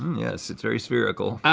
yes, it's very spherical.